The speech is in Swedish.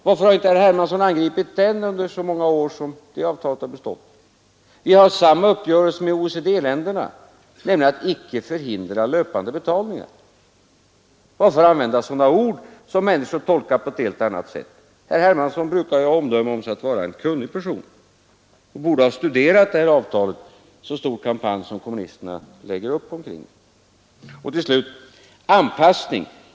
Varför har inte herr Hermansson angripit den under de många år det avtalet har bestått? Vi har samma uppgörelse med OECD-länderna, nämligen att icke förhindra löpande betalningar. Varför här använda ord som människor tolkar på ett helt annat sätt? Herr Hermansson brukar ha omdömet om sig att vara en kunnig person och han borde bättre ha studerat det här avtalet, så stor kampanj som kommunisterna lägger upp omkring det. Till slut vill jag beröra frågan om anpassning.